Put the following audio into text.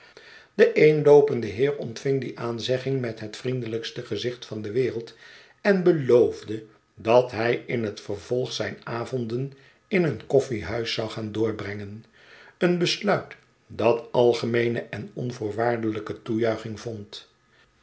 de eenloopende heer ontving die aanzegging met het vriendelijkste gezicht van de wereld en beloofde dat hij in het vervolg zijn avonden in een koffiehuis zou gaan doorbrengen een besluit dat algemeene en onvoorwaardelijke toejuiching vond